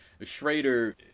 Schrader